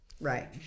right